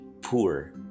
poor